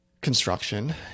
construction